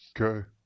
Okay